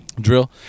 Drill